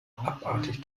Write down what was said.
abartig